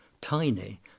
tiny